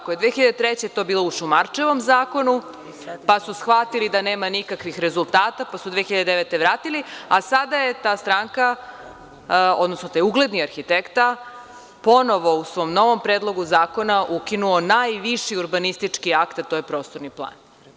Godine 2003. je to bilo u Šumarčevom zakonu, pa su shvatili da nema nikakvih rezultata, pa su 2009. godine vratili, a sada je ta stranka, odnosno taj ugledni arhitekta ponovo u svom novom predlogu zakona ukinuo najviši urbanistički akt, a to je prostorni plan.